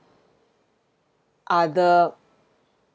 other